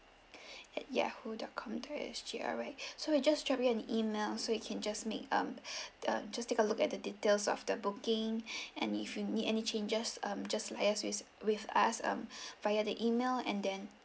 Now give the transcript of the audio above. at Yahoo dot com dot S_G alright so we just drop you an email so you can just make um um just take a look at the details of the booking and if you need any changes um just liaise with with us um via the email and then